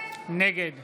נגד